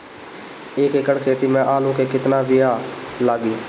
एक एकड़ खेती में आलू के कितनी विया लागी?